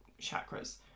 chakras